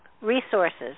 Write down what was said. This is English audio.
resources